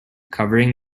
covering